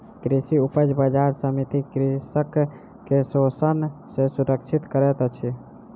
कृषि उपज बजार समिति कृषक के शोषण सॅ सुरक्षित करैत अछि